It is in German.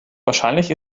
wahrscheinlich